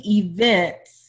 events